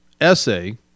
essay